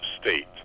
state